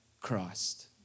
Christ